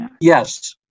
Yes